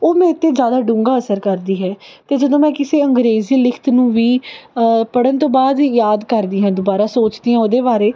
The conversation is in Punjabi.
ਉਹ ਮੇਰੇ 'ਤੇ ਜ਼ਿਆਦਾ ਡੂੰਘਾ ਅਸਰ ਕਰਦੀ ਹੈ ਅਤੇ ਜਦੋਂ ਮੈਂ ਕਿਸੇ ਅੰਗਰੇਜ਼ੀ ਲਿਖਤ ਨੂੰ ਵੀ ਪੜ੍ਹਨ ਤੋਂ ਬਾਅਦ ਯਾਦ ਕਰਦੀ ਹਾਂ ਦੁਬਾਰਾ ਸੋਚਦੀ ਹਾਂ ਉਹਦੇ ਬਾਰੇ